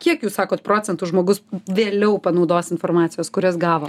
kiek jūs sakot procentų žmogus vėliau panaudos informacijas kurias gavo